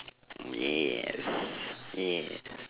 mm yes yeah